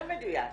יותר מדויק.